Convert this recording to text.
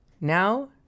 now